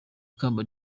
ikamba